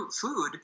food